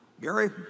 Gary